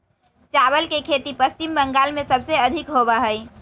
चावल के खेती पश्चिम बंगाल में सबसे अधिक होबा हई